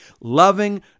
loving